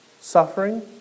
suffering